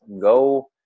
go